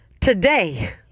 today